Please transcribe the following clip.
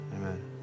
Amen